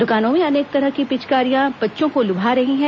दुकानों में अनेक तरह की पिचकारियां बच्चों को लुभा रही हैं